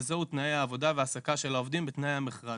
וזהו תנאי העבודה והעסקה של העובדים בתנאי המכרז.